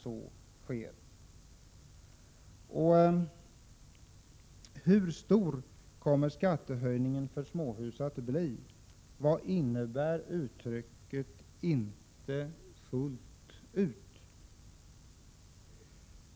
Vidare: Hur stor kommer skattehöjningen för småhus att bli, och vad innebär uttrycket ”inte fullt ut”?